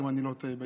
אם אני לא טועה,